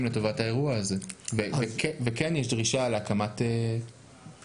לטובת האירוע הזה וכן יש דרישה לתת את השירותים האלה?